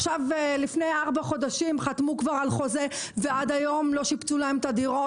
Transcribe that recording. לפני ארבעה חודשים הם חתמו על חוזה ועד היום לא שיפצו להם את הדירות.